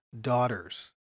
daughters